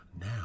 Now